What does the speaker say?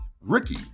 Ricky